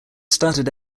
started